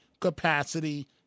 capacity